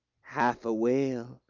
half a wail.